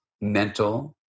mental